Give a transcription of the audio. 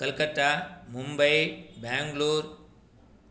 Calcutta Mumbai Bangalore